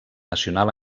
nacional